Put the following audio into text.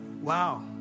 Wow